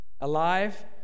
alive